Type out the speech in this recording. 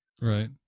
Right